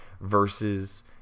versus